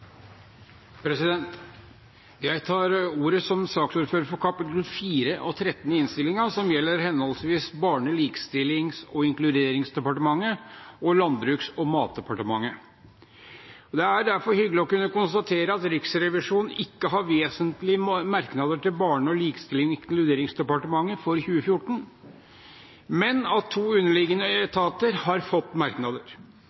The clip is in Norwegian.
Jeg tar ordet som saksordfører for kap. 4 og 13 i innstillingen, som gjelder henholdsvis Barne-, likestillings- og inkluderingsdepartementet og Landbruks- og matdepartementet. Det er hyggelig å kunne konstatere at Riksrevisjonen ikke har vesentlige merknader til Barne-, likestillings- og inkluderingsdepartementet for 2014. Men to underliggende